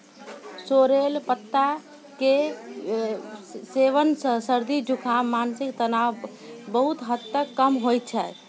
sorrel पत्ता के सेवन सॅ सर्दी, जुकाम, मानसिक तनाव बहुत हद तक कम होय छै